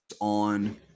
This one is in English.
on